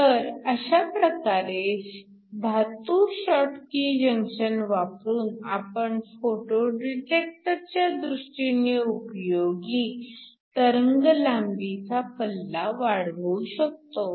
तर अशा प्रकारे धातू शॉटकी जंक्शन वापरून आपण फोटो डिटेक्टर च्या दृष्टीने उपयोगी तरंगलांबीचा पल्ला वाढवू शकतो